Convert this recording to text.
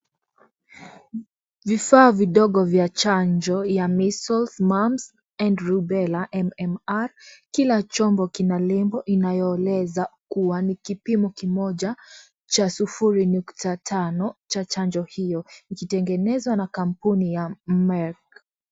Vifaa vidogo vya chanjo ya measles mumps and rubella MMR kila chumbo ina lebo inayoeleza kuwa ni kipimo kimoja cha sufuria nukta tano cha chanjo hiyo ikitengenezwa na kampuni ya Merk.